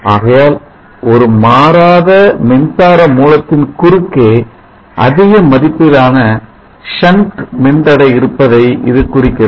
ஆகையால் ஒரு மாறாத மின்சார மூலத்தின் குறுக்கே அதிக மதிப்பிலான சன்ட் மின்தடை இருப்பதை இது குறிக்கிறது